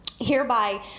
hereby